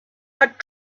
had